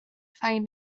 find